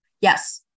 Yes